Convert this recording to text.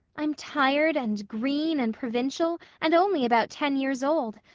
i'm tired, and green, and provincial, and only about ten years old.